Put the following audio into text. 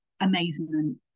amazement